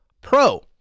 Pro